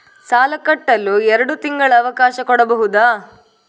ಸಾಲ ಕಟ್ಟಲು ಎರಡು ತಿಂಗಳ ಅವಕಾಶ ಕೊಡಬಹುದಾ?